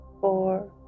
four